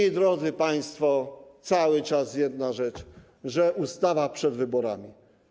I drodzy państwo, cały czas jedna rzecz: że ustawa przed wyborami.